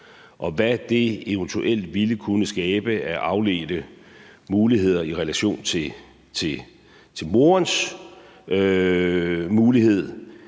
Hvad det eventuelt ville kunne skabe af afledte muligheder i relation til morens mulighed,